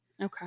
okay